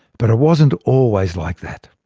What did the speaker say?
but it wasn't always like that.